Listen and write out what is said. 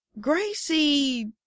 Gracie